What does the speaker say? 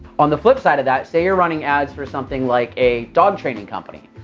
on the flip side of that, say you're running ads for something like a dog-training company.